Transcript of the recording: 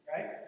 right